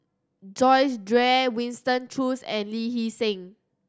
Joyce Jue Winston Choos and Lee Hee Seng